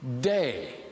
day